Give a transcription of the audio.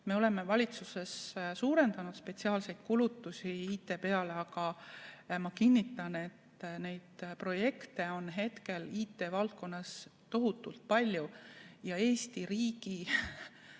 Me oleme valitsuses suurendanud spetsiaalseid IT‑kulutusi, aga ma kinnitan, et projekte on hetkel IT-valdkonnas tohutult palju. Terve Eesti riigi